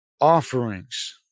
offerings